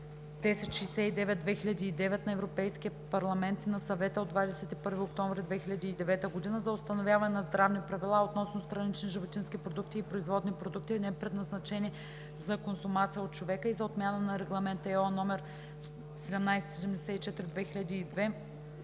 1069/2009 на Европейския парламент и на Съвета от 21 октомври 2009 г. за установяване на здравни правила относно странични животински продукти и производни продукти, непредназначени за консумация от човека и за отмяна на Регламент (ЕО) № 1774/2002